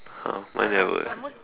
!huh! mine never eh